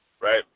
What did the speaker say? right